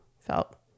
felt